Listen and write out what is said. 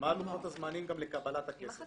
מה לוחות הזמנים גם לקבלת הכסף,